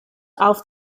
auf